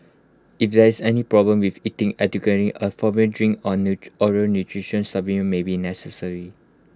if there is any problem with eating adequately A for drink oral nutrition supplement may be necessary